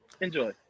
enjoy